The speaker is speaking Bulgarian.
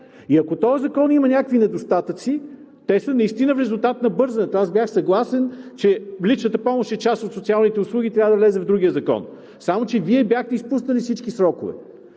И ако този закон има някакви недостатъци, те са наистина в резултат на бързането. Аз бях съгласен, че личната помощ е част от социалните услуги и трябва да влезе в другия закон, само че Вие бяхте изпуснали всички срокове.